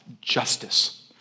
justice